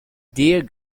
dear